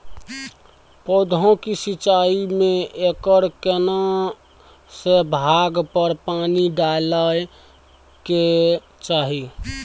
पौधों की सिंचाई में एकर केना से भाग पर पानी डालय के चाही?